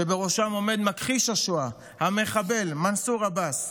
שבראשם עומד מכחיש השואה המחבל מנסור עבאס,